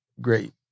great